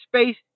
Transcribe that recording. space